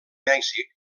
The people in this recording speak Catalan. mèxic